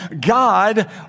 God